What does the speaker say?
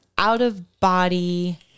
Out-of-body